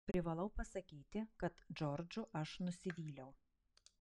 privalau pasakyti kad džordžu aš nusivyliau